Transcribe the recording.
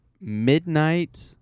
midnight